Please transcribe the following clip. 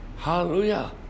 Hallelujah